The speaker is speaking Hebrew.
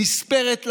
נספרת לכם,